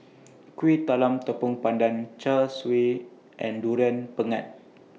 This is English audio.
Kuih Talam Tepong Pandan Char Siu and Durian Pengat